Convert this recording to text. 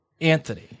Anthony